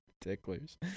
Ticklers